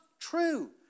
true